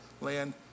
land